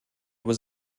was